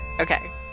Okay